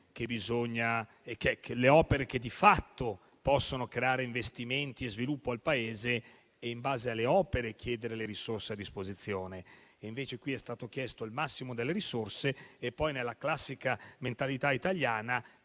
quali sono le opere che di fatto possono creare investimenti e sviluppo per il Paese e, in base alle opere, chiedere le risorse a disposizione. Invece qui è stato chiesto il massimo delle risorse e poi, nella classica mentalità italiana